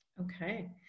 Okay